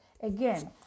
again